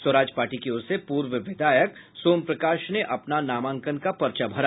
स्वराज पार्टी की ओर से पूर्व विधायक सोम प्रकाश ने अपना नामांकन पर्चा भरा